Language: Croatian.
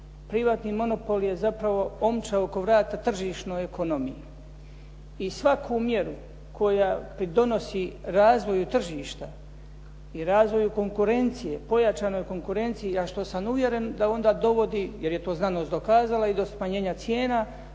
Privatni monopol je zapravo omča oko vrata tržišnoj ekonomiji i svaku mjeru koja pridonosi razvoju tržišta, i razvoju konkurencije, pojačanoj konkurenciji, a što sam uvjeren da onda dovodi, jer je to znanost dokazala i do smanjenja cijena,